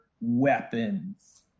weapons